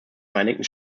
vereinigten